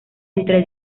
entre